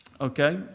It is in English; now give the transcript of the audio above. okay